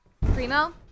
Primo